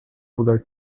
mudar